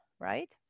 right